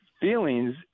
feelings